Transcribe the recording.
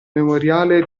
memoriale